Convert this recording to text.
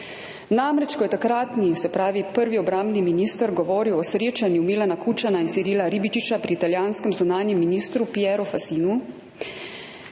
Namreč ko je takratni, se pravi prvi obrambni minister govoril o srečanju Milana Kučana in Cirila Ribičiča pri italijanskem zunanjem ministru Pieru Fassinu,